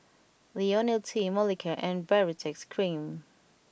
Ionil T Molicare and Baritex Cream